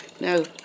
No